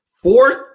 Fourth